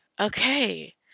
okay